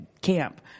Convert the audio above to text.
camp